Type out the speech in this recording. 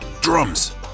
drums